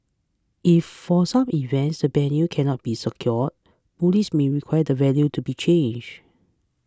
if for some events the venue cannot be secured police may require the venue to be changed